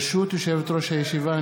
ברשות יושבת-ראש הישיבה,